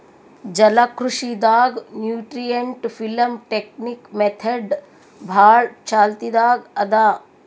ಜಲಕೃಷಿ ದಾಗ್ nutrient film technique method ಭಾಳ್ ಚಾಲ್ತಿದಾಗ್ ಅದಾ